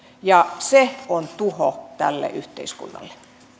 se on tuho tälle yhteiskunnalle